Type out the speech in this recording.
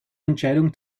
entscheidung